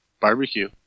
barbecue